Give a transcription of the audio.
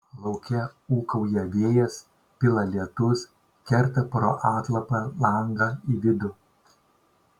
lauke ūkauja vėjas pila lietus kerta pro atlapą langą į vidų